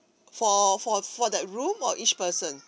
for for for that room or each person